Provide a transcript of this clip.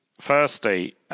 firstly